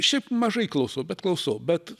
šiaip mažai klausau bet klausau bet